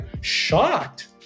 shocked